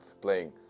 playing